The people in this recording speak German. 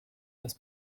das